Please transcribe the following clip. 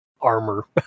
armor